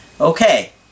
Okay